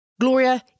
Gloria